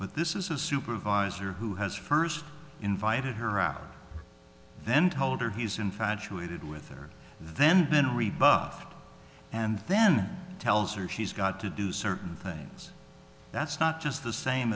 but this is a supervisor who has first invited her then told her he's infatuated with her then been rebuffed and then tells her she's got to do certain things that's not just the same